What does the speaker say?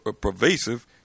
pervasive